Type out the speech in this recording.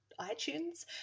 iTunes